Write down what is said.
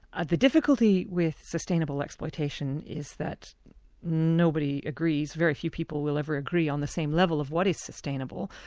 ah the difficulty with sustainable exploitation is that nobody agrees, very few people will ever agree on the same level of what is sustainable,